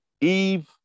Eve